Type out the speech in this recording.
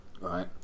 Right